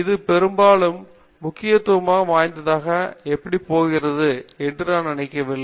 இது பெரும்பாலும் முக்கியத்துவம் வாய்ந்ததாக எப்படிப் போகிறது என்று நாம் நினைக்கவில்லை